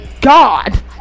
god